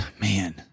man